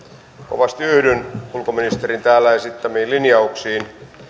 kovasti yhdyn ulkoministerin täällä esittämiin linjauksiin